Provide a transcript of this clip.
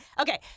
Okay